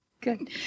Good